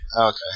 Okay